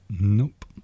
Nope